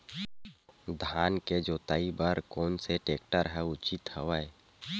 धान के जोताई बर कोन से टेक्टर ह उचित हवय?